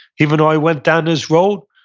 even though i went down this road.